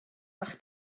bach